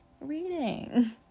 reading